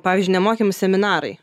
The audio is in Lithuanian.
pavyzdžiui nemokami seminarai